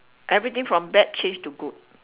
everything from bad change to good